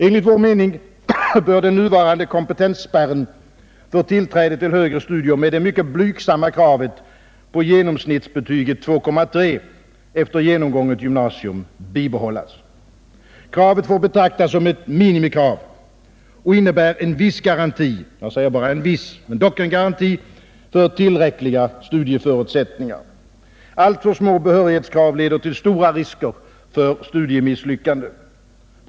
Enligt vår mening bör den nuvarande kompetensspärren för tillträde till högre studier med det mycket blygsamma kravet på genomsnittsbetyget 2,3 efter genomgånget gymnasium bibehållas. Kravet får betraktas såsom ett minimikrav och innebär en viss garanti — jag säger bara en viss men dock en garanti — för tillräckliga studieförutsättningar. Alltför små behörighetskrav leder till stora risker för studiemisslyckande.